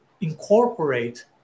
incorporate